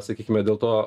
sakykime dėl to